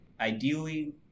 ideally